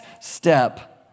step